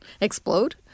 explode